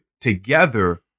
together